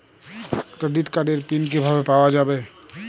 Credit কার্ডের PIN কিভাবে পাওয়া যাবে?